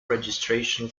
registration